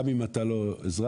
גם אם אתה לא אזרח,